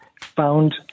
found